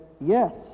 yes